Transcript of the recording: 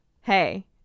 hey